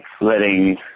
letting